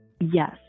Yes